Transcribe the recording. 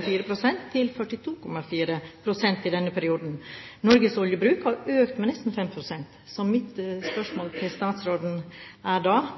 til 42,4 pst. i denne perioden. Norges oljebruk har økt med nesten 5 pst. Mitt spørsmål til statsråden er da: